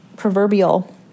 proverbial